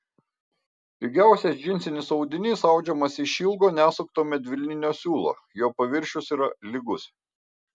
pigiausias džinsinis audinys audžiamas iš ilgo nesukto medvilninio siūlo jo paviršius yra lygus